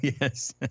Yes